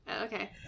Okay